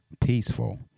Peaceful